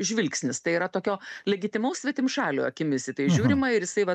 žvilgsnis tai yra tokio legitimaus svetimšalio akimis į tai žiūrima ir jisai vat